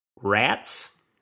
Rats